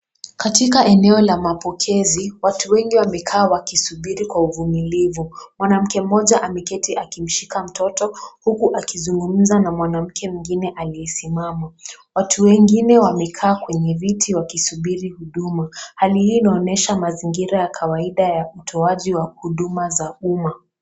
Katika eneo la mapokezi, watu wengi wamekaa wakisuburi kwa uvumilivu. Mwanamke mmoja ameketi akimshika mtoto huku akizungumza na mwanamke mwingine aliyesimama. Watu wengine wamekaa kwenye viti wakisuburi huduma. Hali hii inaonyesha mazingira ya kawaida ya utoaji wa huduma za umma.